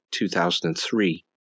2003